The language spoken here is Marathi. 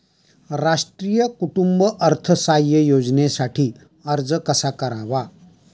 राष्ट्रीय कुटुंब अर्थसहाय्य योजनेसाठी अर्ज कसा करावा?